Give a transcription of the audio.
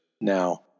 Now